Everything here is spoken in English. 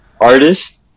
Artist